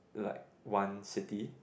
like one city